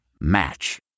Match